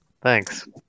Thanks